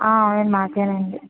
ఆ అవి మాకేనండి